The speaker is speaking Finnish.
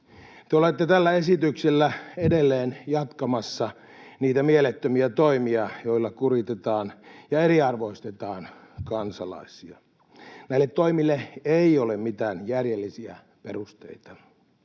te olette tällä esityksellä edelleen jatkamassa niitä mielettömiä toimia, joilla kuritetaan ja eriarvoistetaan kansalaisia. Näille toimille ei ole mitään järjellisiä perusteita.